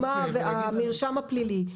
לדוגמה, המרשם הפלילי.